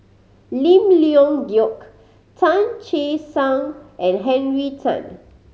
Lim Leong Geok Tan Che Sang and Henry Tan